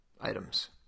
items